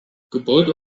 gebäude